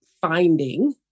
finding